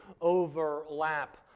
overlap